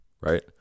right